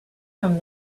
from